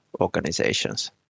organizations